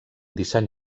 disseny